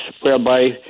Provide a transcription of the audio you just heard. whereby